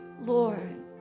Lord